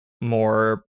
more